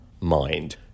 mind